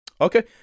Okay